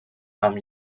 amb